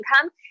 income